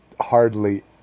hardly